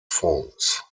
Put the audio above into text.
fonds